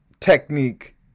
technique